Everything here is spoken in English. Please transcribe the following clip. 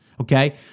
Okay